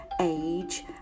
age